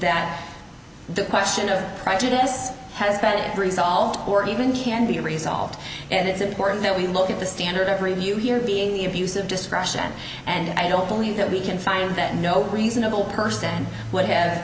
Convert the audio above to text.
that the question of prejudice has been resolved or even can be resolved and it's important that we look at the standard of review here being the abuse of discretion and i don't believe that we can find that no reasonable person would have